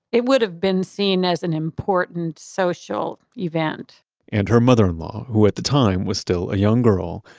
it would have been seen as an important social event and her mother-in-law, who at the time was still a young girl,